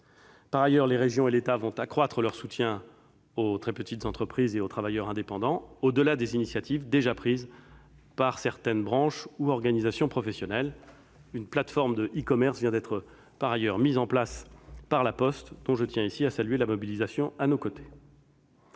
Par ailleurs, les régions et l'État vont accroître leur soutien aux très petites entreprises et aux travailleurs indépendants, au-delà des initiatives déjà prises par certaines branches ou organisations professionnelles. Une plateforme de e-commerce vient d'être mise en place par La Poste, dont je tiens ici à saluer la mobilisation à nos côtés.